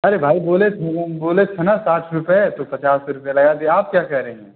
अरे भाई बोले थे ना बोले थे न साठ रुपये तो पचास रुपये लगा दिए आप क्या कह रही हैं